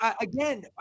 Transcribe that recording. again